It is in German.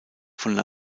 von